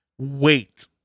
Wait